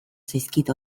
zaizkit